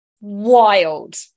wild